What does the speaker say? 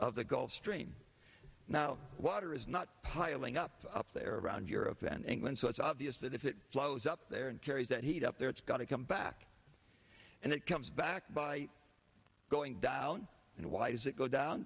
of the gulf stream now water is not piling up up there around europe and england so it's obvious that if it flows up there and carries that heat up there it's got to come back and it comes back by going down and why does it go